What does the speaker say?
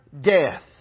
death